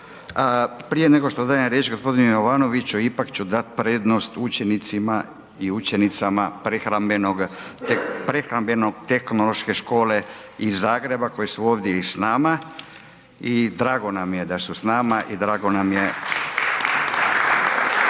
Prije nego što dajem riječ g. Jovanoviću, ipak ću dati prednost učenicima i učenicama Prehrambeno-tehnološke škole iz Zagreba koji su ovdje i s nama i drago nam je da su s nama i drago nam je